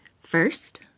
first